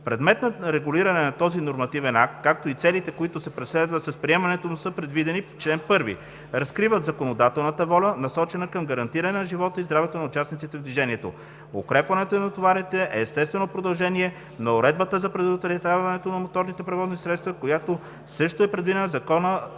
Предметът на регулиране на този нормативен акт, както и целите, които се преследват с приемането му, са предвидени в чл. 1, разкриват законодателната воля, насочена към гарантиране на живота и здравето на участниците в движението. Укрепването на товарите е естествено продължение на уредбата за претоварването на моторните превозни средства, която също е предвидена в Закона